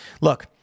Look